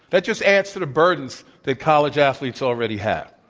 that just adds to the burdens that college athletes already have.